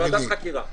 ועדת חקירה צריך.